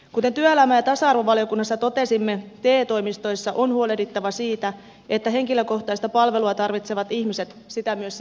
kuten työelämä ja tasa arvovaliokunnassa totesimme te toimistoissa on huolehdittava siitä että henkilökohtaista palvelua tarvitsevat ihmiset sitä myös sitten aidosti saavat